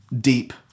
deep